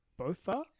Bofa